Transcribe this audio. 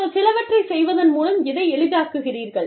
நீங்கள் சிலவற்றை செய்வதன் மூலம் இதை எளிதாக்குகிறீர்கள்